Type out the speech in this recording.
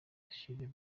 dushyire